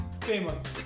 famous